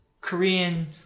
Korean